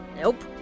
Nope